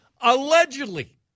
Allegedly